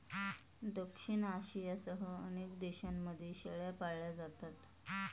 दक्षिण आशियासह अनेक देशांमध्ये शेळ्या पाळल्या जातात